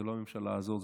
זו לא הממשלה הזאת,